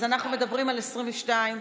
יש עוד מישהו שלא הספיק להצביע?